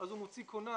הוא מוציא כונן.